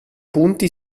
punti